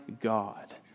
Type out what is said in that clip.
God